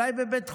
אולי בבית חולים,